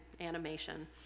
animation